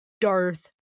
Darth